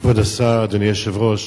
כבוד השר, אדוני היושב-ראש,